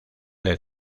del